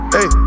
Hey